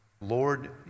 Lord